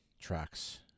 tracks